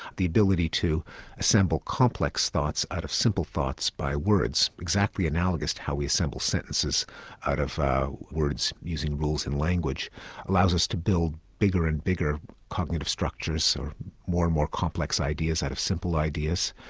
the ability to assemble complex thoughts out of simple thoughts by words, exactly analogous to how we assemble sentences out of words using rules in language allows us to build bigger and bigger cognitive structures or more and more complex ideas out of simple ideas.